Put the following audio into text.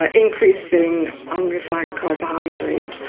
ah increasing unrefined carbohydrates.